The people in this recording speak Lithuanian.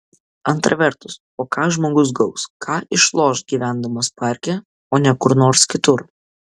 antra vertus o ką žmogus gaus ką išloš gyvendamas parke o ne kur nors kitur